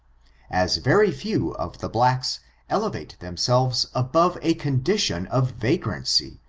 as very few of the blacks elevate themselves above a condition of vagrancy,